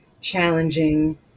challenging